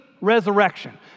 resurrection